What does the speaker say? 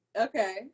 Okay